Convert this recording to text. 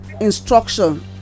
instruction